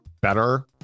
better